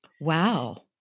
Wow